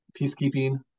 peacekeeping